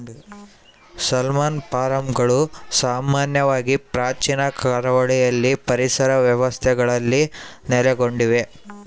salmon ಫಾರ್ಮ್ಗಳು ಸಾಮಾನ್ಯವಾಗಿ ಪ್ರಾಚೀನ ಕರಾವಳಿ ಪರಿಸರ ವ್ಯವಸ್ಥೆಗಳಲ್ಲಿ ನೆಲೆಗೊಂಡಿವೆ